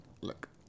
Look